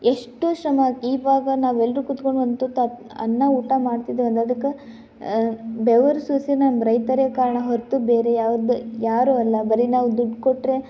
ಎಷ್ಟು ಶ್ರಮ ಇವಾಗ ನಾವು ಎಲ್ಲರು ಕುತ್ಕೊಂಡು ಒಂದು ತುತ್ತು ಅನ್ನ ಊಟ ಮಾಡ್ತಿದ್ದೀವಿ ಅಂದ್ರೆ ಅದಕ್ಕೆ ಬೆವ್ರು ಸುರ್ಸಿದ ನಮ್ಮ ರೈತರೇ ಕಾರಣ ಹೊರತು ಬೇರೆ ಯಾವುದೇ ಯಾರು ಅಲ್ಲ ಆದರೆ ನಾವು ದುಡ್ಡು ಕೊಟ್ಟರೆ